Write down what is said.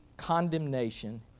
condemnation